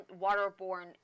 waterborne